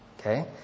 okay